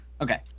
okay